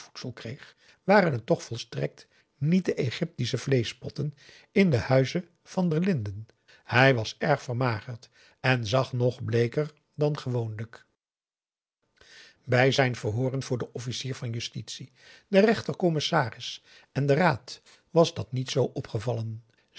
kreeg waren het toch volstrekt niet de egyptische vleeschpotten in den huize van der linden hij was erg vermagerd en zag nog bleeker dan gewoonlijk bij zijn verhooren voor den officier van justitie den rechter-commissaris en den raad was dat niet zoo opgevallen